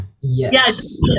Yes